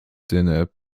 dinner